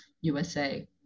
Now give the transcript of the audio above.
USA